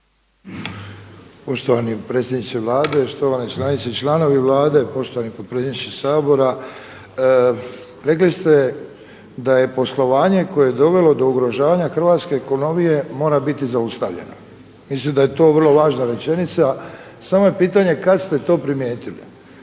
Poštovani predsjedniče Vlade, štovane članice i članovi Vlade, poštovani potpredsjedniče Sabora. Rekli ste da je poslovanje koje je dovelo do ugrožavanja hrvatske ekonomije mora biti zaustavljeno. Mislim da je to vrlo važna rečenica. Samo je pitanje kada ste to primijetili?